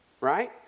right